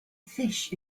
fish